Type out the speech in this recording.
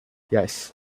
yes